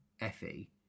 Effie